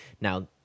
Now